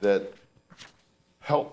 that help